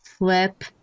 Flip